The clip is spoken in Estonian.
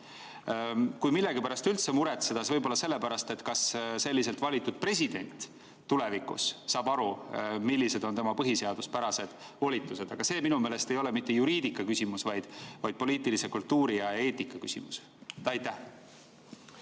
Kui millegi pärast üldse muretseda, siis võib-olla selle pärast, kas selliselt valitud president tulevikus saab aru, millised on tema põhiseaduspärased volitused. Aga see ei ole minu meelest mitte juriidika küsimus, vaid poliitilise kultuuri ja eetika küsimus. Aitäh!